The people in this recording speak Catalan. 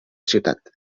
ciutat